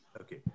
Okay